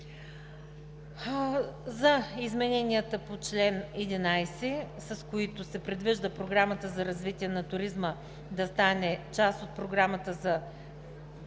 измененията в чл. 11, с които се предвижда програмата за развитие на туризма да стане част от програмата за изпълнение